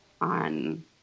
on